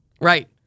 Right